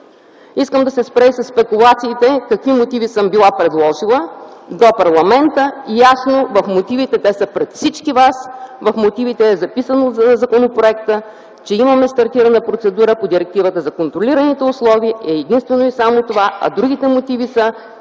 Искам да се спра и за спекулациите – какви мотиви съм била предложила – два парламента ... Ясно в мотивите – те са пред всички вас - в мотивите на законопроекта е записано, че имаме стартирана процедура по Директивата за контролираните условия, единствено и само това, а другите мотиви са,